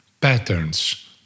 patterns